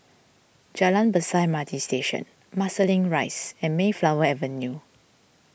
Jalan Besar M R T Station Marsiling Rise and Mayflower Avenue